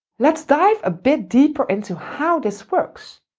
let's dive a bit deeper into how this works.